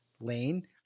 lane –